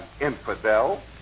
infidel